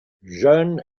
jeune